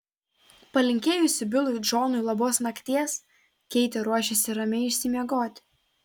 palinkėjusi bilui džonui labos nakties keitė ruošėsi ramiai išsimiegoti